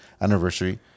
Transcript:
anniversary